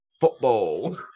football